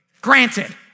Granted